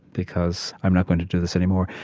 because i'm not going to do this anymore.